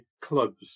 clubs